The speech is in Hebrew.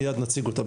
מייד נציג אותן.